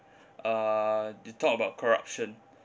uh you talk about corruption